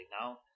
now